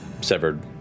severed